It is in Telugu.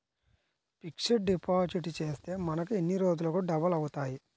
ఫిక్సడ్ డిపాజిట్ చేస్తే మనకు ఎన్ని రోజులకు డబల్ అవుతాయి?